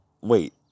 Wait